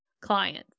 clients